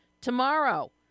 tomorrow